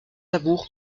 amour